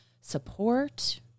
support